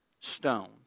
stone